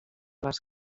les